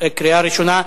קריאה ראשונה.